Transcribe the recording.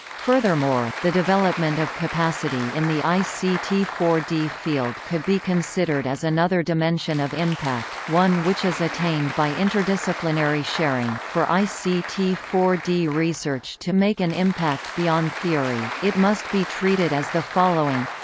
furthermore, the development of capacity in the i c t four d field could be considered as another dimension of impact one which is attained by interdisciplinary sharing for i c t four d research to make an impact beyond theory, it must be treated as the following